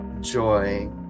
joy